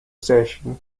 station